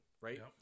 right